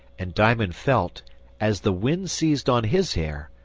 and diamond felt as the wind seized on his hair,